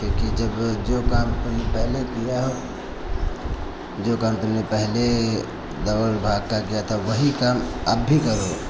क्योंकि जब जो काम तुमने पहले किया हो जो काम तुमने पहले दौड़ भाग का किया था वही काम अब भी करो